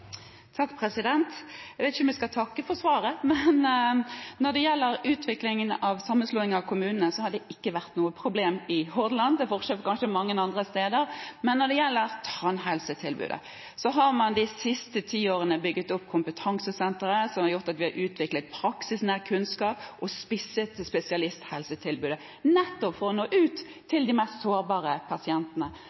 Jeg vet ikke om jeg skal takke for svaret, men når det gjelder utviklingen av sammenslåing av kommunene, har ikke det vært noe problem i Hordaland, til forskjell fra kanskje mange andre steder. Men når det gjelder tannhelsetilbudet, har man de siste ti årene bygd opp kompetansesentre som har gjort at vi har utviklet praksisnær kunnskap og spisset spesialisthelsetilbudet, nettopp for å nå ut til de mest sårbare pasientene.